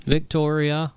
Victoria